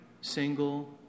single